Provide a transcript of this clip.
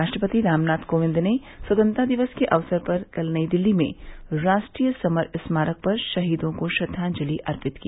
राष्ट्रपति राम नाथ कोविंद ने स्वतंत्रता दिवस के अवसर पर कल नई दिल्ली में राष्ट्रीय समर स्मारक पर शहीदों को श्रद्वांजलि अर्पित की